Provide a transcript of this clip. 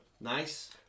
nice